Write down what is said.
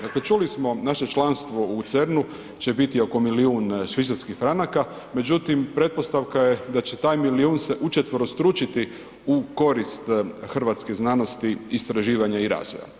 Dakle, čuli smo, naše članstvo u CERN-u će biti oko milijun švicarskih franaka, međutim, pretpostavka je da će taj milijun se učetverostručiti u korist hrvatskih znanosti, istraživanja i razvoja.